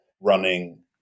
running